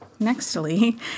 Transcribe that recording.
nextly